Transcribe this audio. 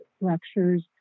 lectures